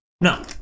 no